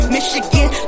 Michigan